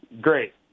great